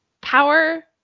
Power